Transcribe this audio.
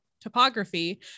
topography